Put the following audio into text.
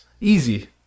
Easy